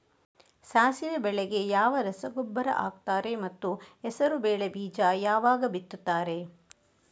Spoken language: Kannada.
ಸಾಸಿವೆ ಬೆಳೆಗೆ ಯಾವ ರಸಗೊಬ್ಬರ ಹಾಕ್ತಾರೆ ಮತ್ತು ಹೆಸರುಬೇಳೆ ಬೀಜ ಯಾವಾಗ ಬಿತ್ತುತ್ತಾರೆ?